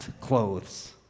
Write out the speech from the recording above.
clothes